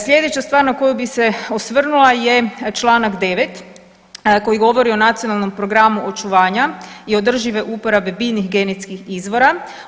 Sljedeća stvar na koju bi se osvrnula je članak 9. koji govori o Nacionalnom programu očuvanja i održive uporabe biljnih genetskih izvora.